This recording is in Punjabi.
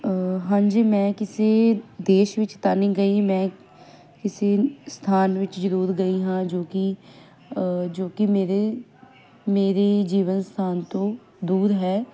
ਹਾਂਜੀ ਮੈਂ ਕਿਸੇ ਦੇਸ਼ ਵਿੱਚ ਤਾਂ ਨਹੀਂ ਗਈ ਮੈਂ ਕਿਸੇ ਸਥਾਨ ਵਿੱਚ ਜ਼ਰੂਰ ਗਈ ਹਾਂ ਜੋ ਕਿ ਜੋ ਕਿ ਮੇਰੇ ਜੀਵਨ ਸਥਾਨ ਤੋਂ ਦੂਰ ਹੈ